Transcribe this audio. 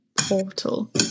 portal